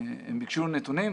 הם ביקשו נתונים,